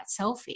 selfie